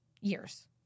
years